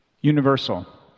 universal